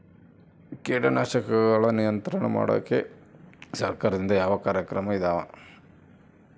ಕೇಟನಾಶಕಗಳ ನಿಯಂತ್ರಣ ಮಾಡೋಕೆ ಸರಕಾರದಿಂದ ಯಾವ ಕಾರ್ಯಕ್ರಮ ಇದಾವ?